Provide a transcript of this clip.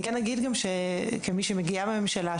אני כן אגיד גם שכמי שמגיעה מהממשלה,